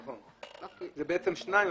זה בעצם שניים.